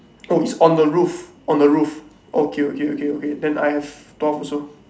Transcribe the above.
oh it's on the roof on the roof okay okay okay okay okay then I have twelve also